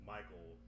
Michael